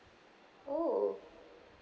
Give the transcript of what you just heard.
oh